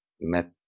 met